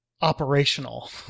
operational